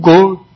God